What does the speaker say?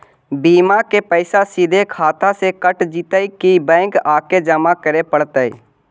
बिमा के पैसा सिधे खाता से कट जितै कि बैंक आके जमा करे पड़तै?